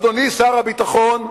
אדוני שר הביטחון,